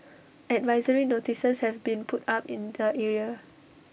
advisory notices have been put up in the area